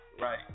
Right